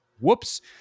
Whoops